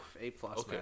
A-plus